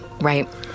right